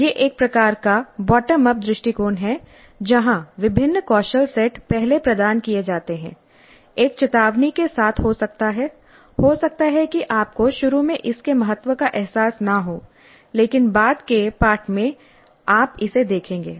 यह एक प्रकार का बॉटम अप दृष्टिकोण है जहां विभिन्न कौशल सेट पहले प्रदान किए जाते हैं एक चेतावनी के साथ हो सकता है हो सकता है कि आपको शुरू में इसके महत्व का एहसास न हो लेकिन बाद के पाठ में आप इसे देखेंगे